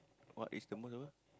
what is the most apa